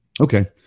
okay